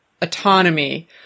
autonomy